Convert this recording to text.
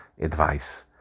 advice